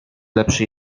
lepszy